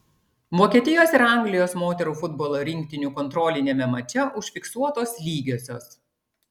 vokietijos ir anglijos moterų futbolo rinktinių kontroliniame mače užfiksuotos lygiosios